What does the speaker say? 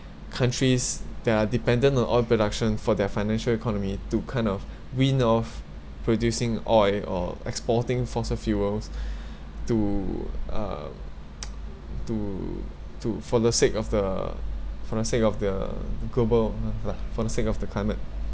countries that are dependent on oil production for their financial economy to kind of wean off producing oil or exporting fossil fuels to uh to to for the sake of the for the sake of the global l~ for the sake of the climate